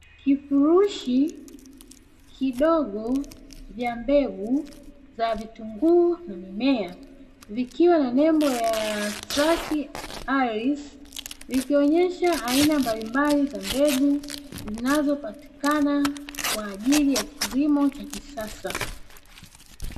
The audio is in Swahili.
Kifurushi kidogo vya mbegu za vitunguu na mimea, vikiwa na nembo ya "STRAKE AYRES", vikionyesha aina mbalimbali za mbegu; zinazopatikana kwa ajili ya kilimo cha kisasa.